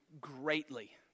greatly